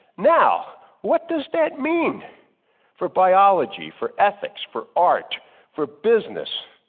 now what does that mean for biology, for ethics, for art for business.